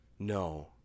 No